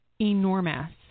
enormous